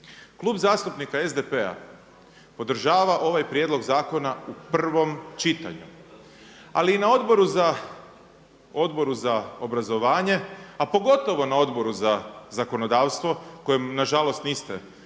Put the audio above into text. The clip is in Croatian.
Klub zastupnika SDP-a podržava ovaj prijedlog zakona u prvom čitanju. Ali i na Odboru za obrazovanje, a pogotovo na Odboru za zakonodavstvo kojem na žalost niste prisustvovali,